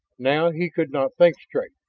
now he could not think straight.